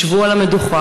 ישבו על המדוכה,